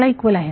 ला इक्वल आहे